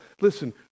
Listen